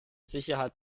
sicherheit